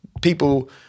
people